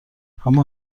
اما